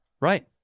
Right